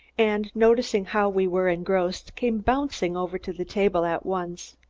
and, noticing how we were engrossed, came bouncing over to the table at once.